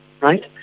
Right